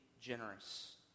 generous